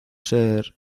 ser